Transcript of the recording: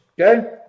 Okay